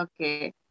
Okay